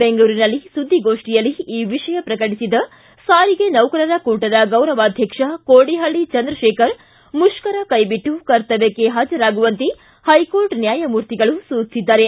ಬೆಂಗಳೂರಿನಲ್ಲಿ ಸುದ್ದಿಗೋಷ್ಠಿಯಲ್ಲಿ ಈ ವಿಷಯ ಪ್ರಕಟಿಸಿದ ಸಾರಿಗೆ ನೌಕರರ ಕೂಟದ ಗೌರವಾಧ್ಯಕ್ಷ ಕೋಡಿಪಳ್ಳಿ ಚಂದ್ರಶೇಖರ್ ಮುಷ್ಠರ ಕೈಬಿಟ್ಟು ಕರ್ತವ್ಯಕ್ಕೆ ಹಾಜರಾಗುವಂತೆ ಪೈಕೋರ್ಟ್ ನ್ಯಾಯಮೂರ್ತಿಗಳು ಸೂಚಿಸಿದ್ದಾರೆ